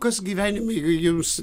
kas gyvenime jums